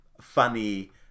funny